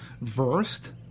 versed